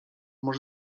może